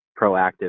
proactive